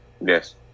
Yes